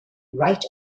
right